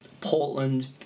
portland